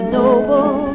noble